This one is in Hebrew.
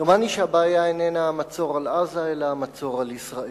דומני שהבעיה איננה המצור על עזה אלא המצור על ישראל.